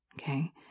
Okay